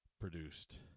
produced